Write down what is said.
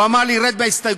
הוא אמר לי: רד מההסתייגויות,